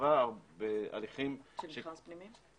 בהליכים --- של מכרז פנימי?